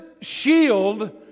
shield